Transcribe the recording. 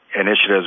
initiatives